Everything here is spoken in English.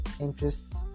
interests